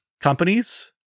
companies